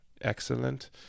excellent